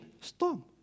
storm